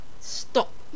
stop